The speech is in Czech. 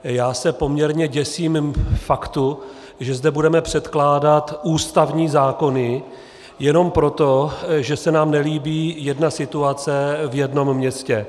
Já se poměrně děsím faktu, že zde budeme předkládat ústavní zákony jenom proto, že se nám nelíbí jedna situace v jednom městě.